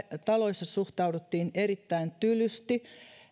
taloissa suhtauduttiin erittäin tylysti